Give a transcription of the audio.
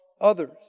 others